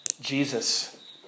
Jesus